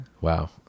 Wow